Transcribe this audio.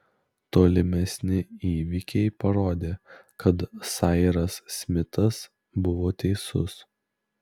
tolimesni įvykiai parodė kad sairas smitas buvo teisus